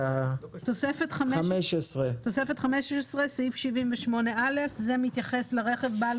תוספת חמש עשרה (סעיף 78א) זה מתייחס לרכב בעל